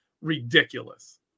ridiculous